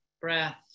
breath